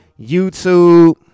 youtube